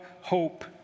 hope